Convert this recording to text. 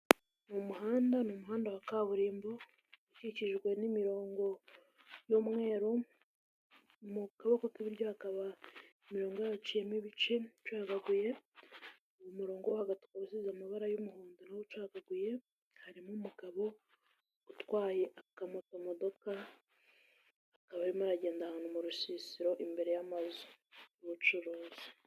Mu muhanda ni umuhanda wa kaburimbo ukikijwe n'imirongo y'umweru mu kaboko k'iburyo hakaba imirongo yaho iciyemo ibice ucagaguye, umurongo wo hagati ukaba usize amabara y'umuhondo nawo ucagaguye harimo umugabo utwaye akamoto modoka akaba arimo aragenda ahantu mu rusisiro imbere y'amazu y'ubucuruzi.